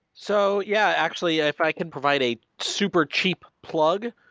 so yeah, actually i i can provide a super cheap plug.